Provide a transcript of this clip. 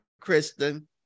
Kristen